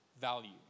value